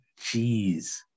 jeez